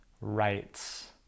rights